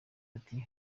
ati